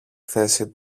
θέση